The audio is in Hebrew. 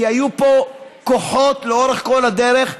כי היו פה כוחות לאורך כל הדרך,